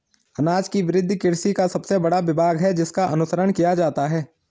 अनाज की वृद्धि कृषि का सबसे बड़ा विभाग है जिसका अनुसरण किया जाता है